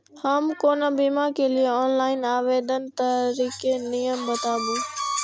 हम कोनो बीमा के लिए ऑनलाइन आवेदन करीके नियम बाताबू?